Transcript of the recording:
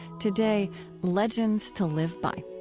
today legends to live by.